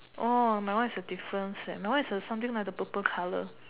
orh my one is the difference leh my one is the something like the purple color